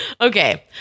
Okay